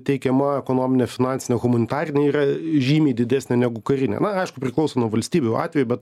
teikiama ekonominė finansinė humanitarinė yra žymiai didesnė negu karinė na aišku priklauso nuo valstybių atvejų bet